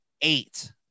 eight